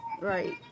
Right